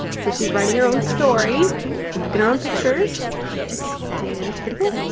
so she's writing her own story and picking her own pictures and it's pretty cool.